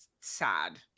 sad